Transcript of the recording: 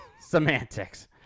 Semantics